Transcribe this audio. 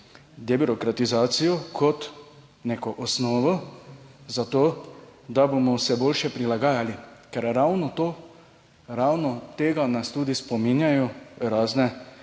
debirokratizacijo kot neko osnovo za to, da bomo vse boljše prilagajali, ker ravno to, ravno tega nas tudi spominjajo razne